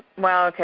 well, okay,